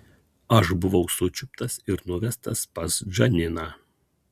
aš buvau sučiuptas ir nuvestas pas džaniną